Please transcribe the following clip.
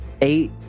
Eight